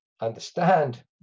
understand